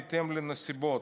בהתאם לנסיבות,